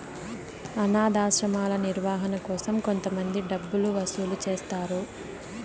అనాధాశ్రమాల నిర్వహణ కోసం కొంతమంది డబ్బులు వసూలు చేస్తారు